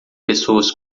pessoas